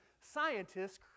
scientists